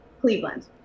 Cleveland